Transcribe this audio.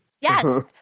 Yes